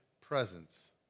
presence